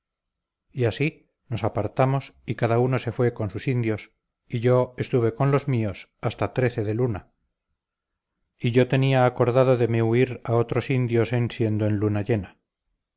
y así nos apartamos y cada uno se fue con sus indios y yo estuve con los míos hasta trece de luna y yo tenía acordado de me huir a otros indios en siendo en luna llena